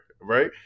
Right